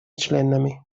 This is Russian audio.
членами